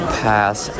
pass